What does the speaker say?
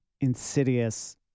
insidious